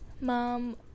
mom